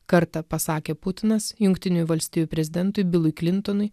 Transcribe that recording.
kartą pasakė putinas jungtinių valstijų prezidentui bilui klintonui